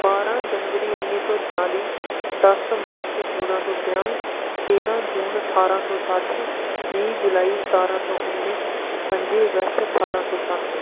बारां जनबरी उन्नी सौ चाली दस मार्च चौदां सौ पंजाह् तेरां जून ठारां सौ सट्ठ बीह् जुलाई सतारां सौ उन्नी पं'जी अगस्त ठारां सौ सत्त